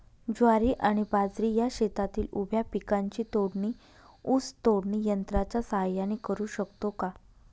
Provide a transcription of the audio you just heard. ज्वारी आणि बाजरी या शेतातील उभ्या पिकांची तोडणी ऊस तोडणी यंत्राच्या सहाय्याने करु शकतो का?